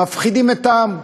מפחידים את העם.